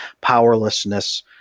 powerlessness